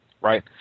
right